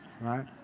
right